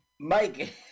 Mike